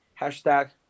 hashtag